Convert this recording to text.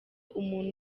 umuntu